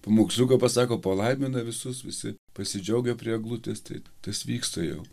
pamoksliuką pasako palaimina visus visi pasidžiaugia prie eglutės tai tas vyksta jau